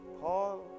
Paul